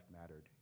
mattered